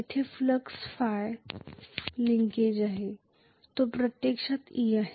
जिथे ϕ flux linkage आहे तो प्रत्यक्षात e आहे